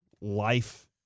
life